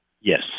Yes